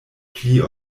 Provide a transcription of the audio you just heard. pli